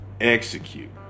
execute